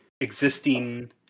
existing